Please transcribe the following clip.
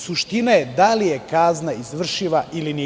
Suština je da li je kazna izvršiva ili nije.